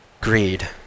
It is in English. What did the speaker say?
greed